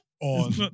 on